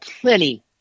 plenty